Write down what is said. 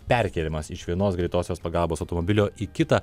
perkeliamas iš vienos greitosios pagalbos automobilio į kitą